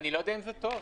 אני לא יודע אם זה טוב.